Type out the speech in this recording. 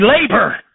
labor